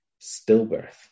stillbirth